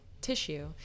tissue